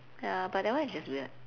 ya but that one is just weird